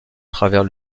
travers